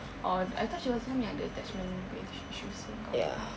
or I thought she was the one yang ada attachment punya issues dengan kau